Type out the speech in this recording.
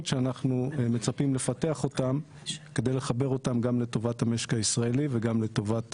שאנחנו מצפים לפתח אותן כדי לחבר אותן גם לטובת המשק הישראלי וגם לטובת